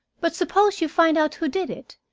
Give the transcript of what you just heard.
but suppose you find out who did it.